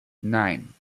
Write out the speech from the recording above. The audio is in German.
nein